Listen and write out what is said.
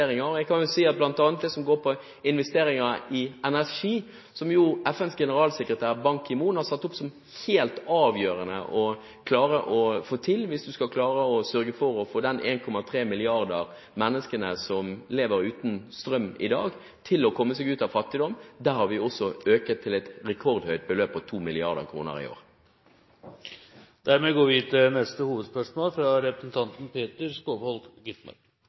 Jeg kan si at når det gjelder bl.a. det som går på investeringer i energi, som FNs generalsekretær Ban Ki-moon har satt opp som helt avgjørende å klare å få til, hvis man skal klare å sørge for å få 1,3 milliarder mennesker som lever uten strøm i dag, til å komme seg ut av fattigdom, har vi økt det til et rekordhøyt beløp på 2 mrd. kr i år. Vi går til neste hovedspørsmål fra representanten Peter